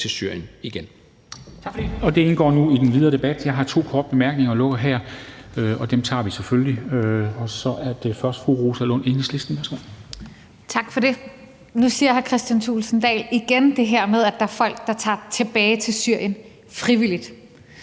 til Syrien igen.«